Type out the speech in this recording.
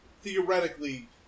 theoretically